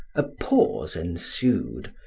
a pause ensued.